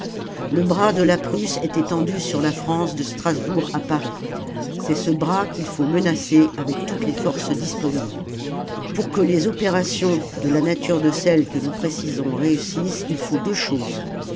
le bras de la prusse est étendu sur la france de strasbourg à paris c'est ce bras qu'il faut menacer avec toutes les forces disponibles pour que les opérations de la nature de celle que nous précisons réussissent il faut deux choses